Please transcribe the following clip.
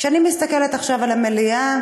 כשאני מסתכלת עכשיו על המליאה,